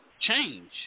change